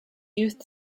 youth